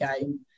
game